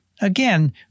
again